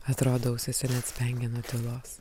atrodo ausis ir net spengia nuo tylos